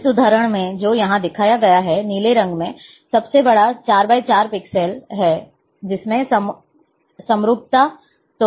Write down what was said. इस उदाहरण में जो यहां दिखाया गया है नीले रंग में सबसे बड़ा 4 × 4 पिक्सेल है जिसमें समरूपता है